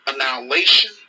annihilation